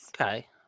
Okay